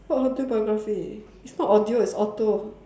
what audio biography it's not audio it's auto